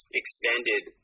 extended